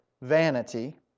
vanity